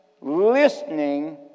listening